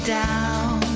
down